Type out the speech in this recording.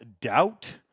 Doubt